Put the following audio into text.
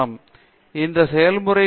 பேராசிரியர் பிரதாப் ஹரிதாஸ் சரி